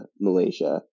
Malaysia